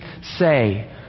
say